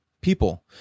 people